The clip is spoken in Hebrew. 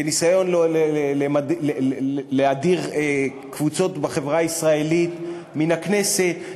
כניסיון להדיר קבוצות בחברה הישראלית מהכנסת.